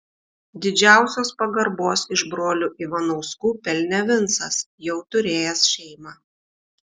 didžiausios pagarbos iš brolių ivanauskų pelnė vincas jau turėjęs šeimą